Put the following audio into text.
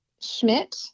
Schmidt